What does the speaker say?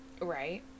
Right